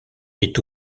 est